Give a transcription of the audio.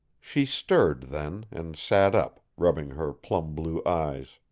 she stirred then, and sat up, rubbing her plum-blue eyes.